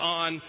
on